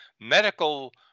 medical